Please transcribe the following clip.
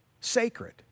sacred